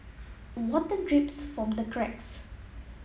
water drips from the cracks